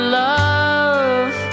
love